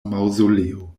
maŭzoleo